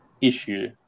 issue